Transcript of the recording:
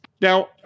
Now